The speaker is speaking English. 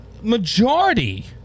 Majority